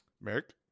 Merrick